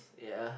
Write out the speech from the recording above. ya